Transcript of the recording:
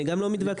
אני גם לא מתווכח,